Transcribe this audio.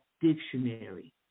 Dictionary